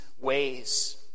ways